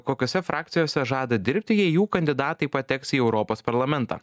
kokiose frakcijose žada dirbti jei jų kandidatai pateks į europos parlamentą